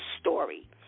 story